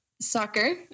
soccer